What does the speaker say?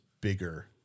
bigger